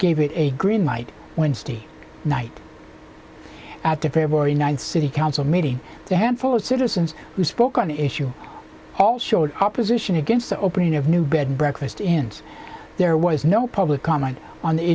gave it a green light wednesday night at the february ninth city council meeting a handful of citizens who spoke on the issue all showed opposition against the opening of new bed and breakfast ins there was no public comment on the